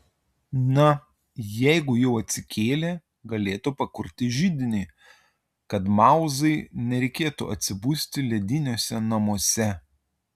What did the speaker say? na jeigu jau atsikėlė galėtų pakurti židinį kad mauzai nereikėtų atsibusti lediniuose namuose